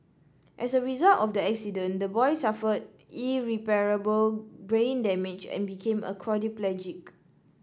as a result of the accident the boy suffered irreparable brain damage and became a quadriplegic